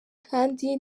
kandi